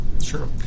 sure